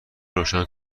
روشن